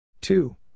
Two